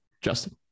Justin